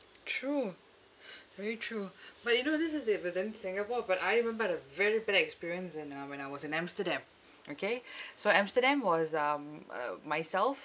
true very true but you know this is uh within singapore but I remember I'd a very bad experience in uh when I was in amsterdam okay so amsterdam was um uh myself